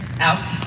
out